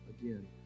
again